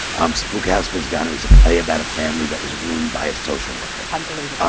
um spook house was done. it was a play about a family that was ruined by a social worker. unbelievably